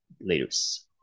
Leaders